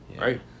right